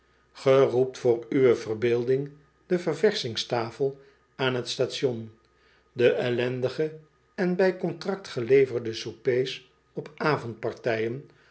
roept voor uwe verbeelding de ververschingstafel aan t station de ellendige en bij contract geleverde soupés op